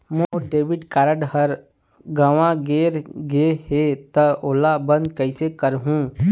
मोर debit card हर गंवा गैर गए हे त ओला बंद कइसे करहूं?